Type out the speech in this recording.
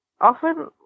often